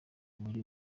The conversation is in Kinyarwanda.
wari